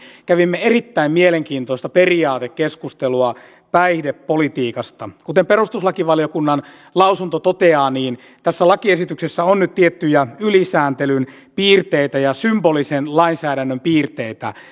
kävimme erittäin mielenkiintoista periaatekeskustelua päihdepolitiikasta kuten perustuslakivaliokunnan lausunto toteaa tässä lakiesityksessä on nyt tiettyjä ylisääntelyn piirteitä ja symbolisen lainsäädännön piirteitä